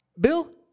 Bill